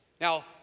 Now